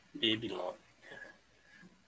B-A-B-Y-L-O-N